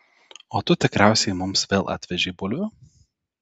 o tu tikriausiai mums vėl atvežei bulvių